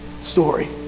story